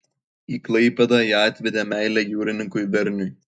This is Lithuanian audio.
į klaipėdą ją atvedė meilė jūrininkui verniui